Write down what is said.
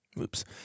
Oops